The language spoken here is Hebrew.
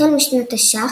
החל משנת תש"ע,